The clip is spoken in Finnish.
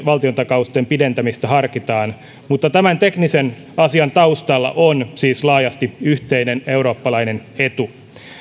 valtiontakausten pidentämistä harkitaan mutta tämän teknisen asian taustalla on siis laajasti yhteinen eurooppalainen etu